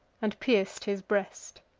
and pierc'd his breast.